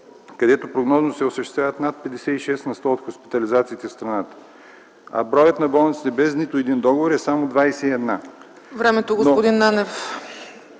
където прогнозно се осъществяват над 56% от хоспитализациите в страната. Броят на болниците без нито един договор е само 21.